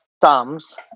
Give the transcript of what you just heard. thumbs